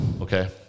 Okay